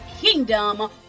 kingdom